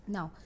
Now